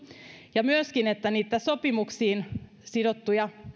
ja myöskin niihin sopimuksiin sidottuja